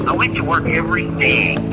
i went to work every day.